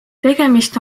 tegemist